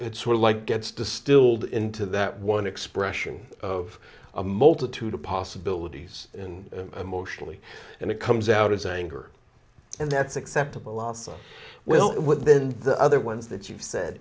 it's sort of like gets distilled into that one expression of a multitude of possibilities and motions and it comes out as anger and that's acceptable also well what then the other ones that you've said